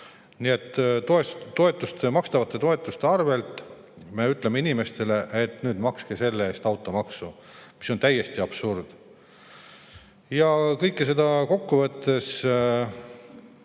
Nii et makstavate toetuste kohta me ütleme inimestele, et nüüd makske selle eest automaksu. See on täiesti absurd! Kõike seda kokku võttes,